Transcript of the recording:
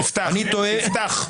לא תיפתח.